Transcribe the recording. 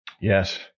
Yes